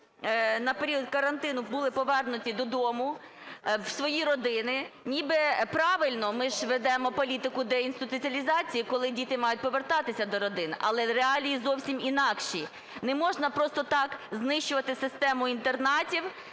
на період карантину були повернуті додому в свої родини. Ніби правильно, ми ж ведемо політику деінституалізації, коли діти мають повертатися до родин. Але реалії зовсім інакші. Не можна просто так знищувати систему інтернатів